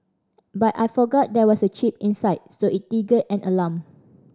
but I forgot there was a chip inside so it an alarm